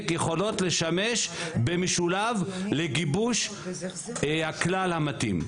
יכולות לשמש במשולב לגיבוש הכלל המתאים".